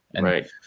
Right